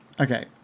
Okay